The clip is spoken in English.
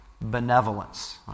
Benevolence